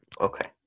Okay